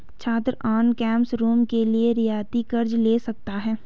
छात्र on campus room के लिए रियायती कर्ज़ ले सकता है